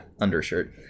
undershirt